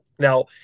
Now